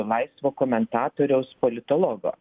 laisvo komentatoriaus politologo